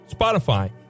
Spotify